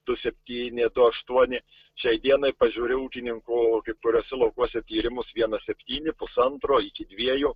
du septyni du aštuoni šiai dienai pažiūri į ūkininkų kai kuriuose laukuose tyrimus vienas septyni pusantro iki dviejų